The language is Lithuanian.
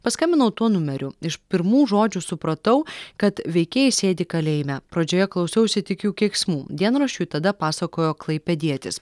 paskambinau tuo numeriu iš pirmų žodžių supratau kad veikėjai sėdi kalėjime pradžioje klausiausi tik jų keiksmų dienraščiui tada pasakojo klaipėdietis